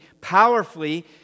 powerfully